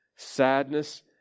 Sadness